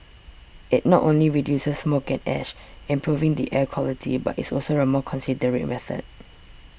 it not only reduces smoke and ash improving the air quality but is also a more considerate method